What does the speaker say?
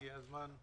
הגיע הזמן.